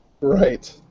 Right